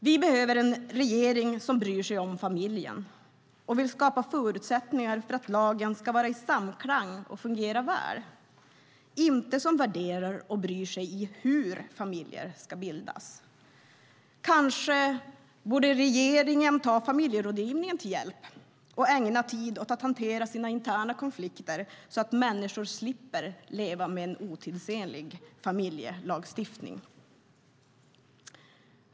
Vi behöver en regering som bryr sig om familjen och vill skapa förutsättningar för att lagen ska vara i samklang med verkligheten och fungera väl. Lagen ska inte värdera och bry sig i hur familjer ska bildas. Kanske borde regeringen ta familjerådgivningen till hjälp och ägna tid åt att hantera sina interna konflikter så att människor slipper leva med en otidsenlig familjelagstiftning.